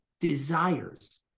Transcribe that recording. desires